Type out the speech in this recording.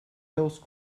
those